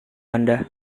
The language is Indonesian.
anda